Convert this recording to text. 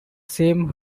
same